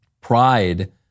Pride